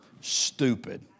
stupid